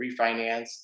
refinance